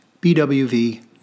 BWV